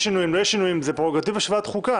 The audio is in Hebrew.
יש שינויים או אין שינויים זו פררוגטיבה של ועדת החוקה,